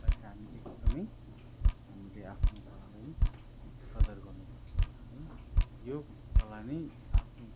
लाई चाहिँ हामी एकदमै हामीले आफ्नो कलालाई कदर गर्नु पर्छ है यो कला नै आफ्नो